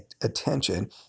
attention